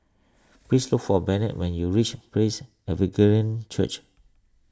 please look for Bennett when you reach Praise Church